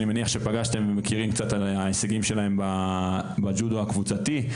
שאני מניח שפגשתם ומכירים קצת על ההישגים שלהם בג'ודו הקבוצתי.